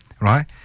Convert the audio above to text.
right